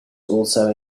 also